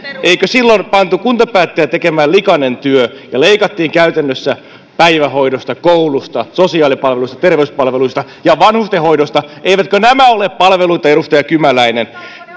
eikö silloin pantu kuntapäättäjät tekemään likainen työ ja leikattiin käytännössä päivähoidosta koulusta sosiaalipalveluista terveyspalveluista ja vanhustenhoidosta eivätkö nämä ole palveluita edustaja kymäläinen